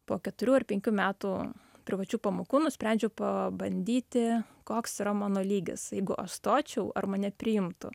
po keturių ar penkių metų privačių pamokų nusprendžiau pabandyti koks yra mano lygis jeigu aš stočiau ar mane priimtų